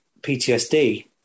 PTSD